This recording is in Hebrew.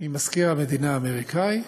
ממזכיר המדינה האמריקני,